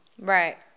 Right